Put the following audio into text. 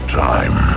time